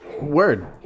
Word